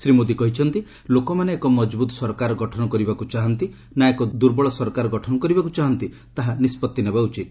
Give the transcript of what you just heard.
ଶ୍ରୀ ମୋଦି କହିଛନ୍ତି ଲୋକମାନେ ଏକ ମଜବୁତ ସରକାର ଗଠନ କରିବାକୁ ଚାହାଁନ୍ତି ନା ଏକ ଦୁର୍ବଳ ସରକାର ଗଠନ କରିବାକୁ ଚାହାଁନ୍ତି ତାହା ନିଷ୍କଭି ନେବା ଉଚିତ